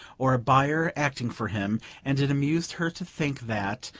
or a buyer acting for him and it amused her to think that,